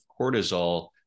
cortisol